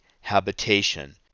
habitation